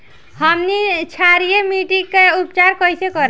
हमनी क्षारीय मिट्टी क उपचार कइसे करी?